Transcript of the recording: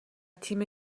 تیم